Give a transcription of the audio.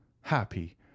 happy